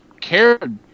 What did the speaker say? cared